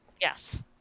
Yes